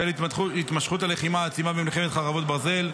2. בשל התמשכות הלחימה העצימה במלחמת חרבות ברזל,